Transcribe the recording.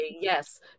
yes